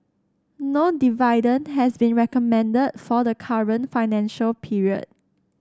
no dividend has been recommended for the current financial period